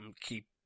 keep